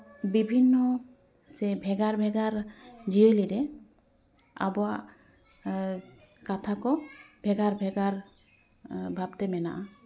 ᱵᱤᱵᱷᱤᱱᱱᱚ ᱥᱮ ᱵᱷᱮᱜᱟᱨ ᱵᱷᱮᱜᱟᱨ ᱡᱤᱭᱟᱹᱞᱤ ᱨᱮ ᱟᱵᱚᱣᱟᱜ ᱠᱟᱛᱷᱟ ᱠᱚ ᱵᱷᱮᱜᱟᱨ ᱵᱷᱮᱜᱟᱨ ᱵᱷᱟᱵᱛᱮ ᱢᱮᱱᱟᱜᱼᱟ